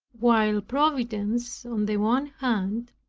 while providence, on the one hand,